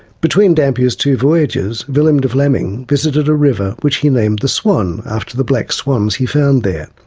between dampier's two voyages, willem de vlamingh visited a river which he named the swan, after the black swans he found there.